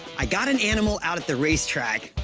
i got an animal out at the racetrack.